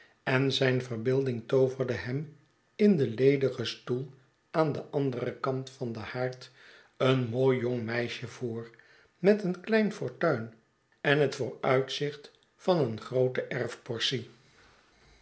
en zyn verbeelding tooverde hem in den ledigen stoel aan den anderen kant van den haard een mooijongmeisje voor met een klein fortuin en het vooruitzicht van een groote